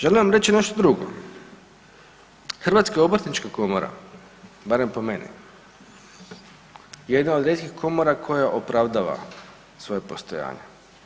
Želim vam reći nešto drugo, Hrvatska obrtnička komora barem po meni je jedna od rijetkih komora koja opravdava svoje postojanje.